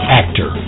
actor